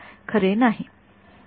खरोखर नाही